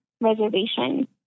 Reservation